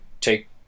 take